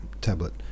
tablet